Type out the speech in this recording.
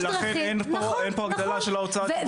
ולכן אין פה הגדלה של ההוצאה הציבורית.